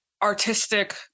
artistic